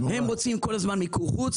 הם רוצים כל הזמן מיקור חוץ,